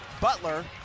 Butler